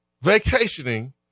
vacationing